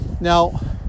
Now